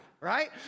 right